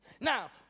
now